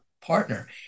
partner